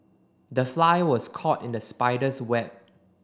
the fly was caught in the spider's web